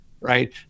right